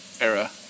era